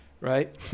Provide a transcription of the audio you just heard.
right